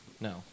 No